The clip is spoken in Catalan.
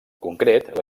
concret